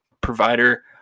provider